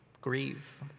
grieve